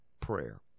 prayer